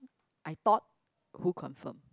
I thought who confirm